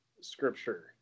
scripture